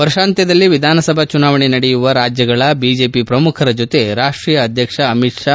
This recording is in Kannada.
ವರ್ಷಾಂತ್ತದಲ್ಲಿ ವಿಧಾನಸಭಾ ಚುನಾವಣೆ ನಡೆಯುವ ರಾಜ್ಯಗಳ ಬಿಜೆಪಿ ಪ್ರಮುಖರ ಜೊತೆ ರಾಷೀಯ ಅಧ್ಯಕ ಅಮಿತ್ ಪಾ